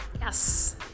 yes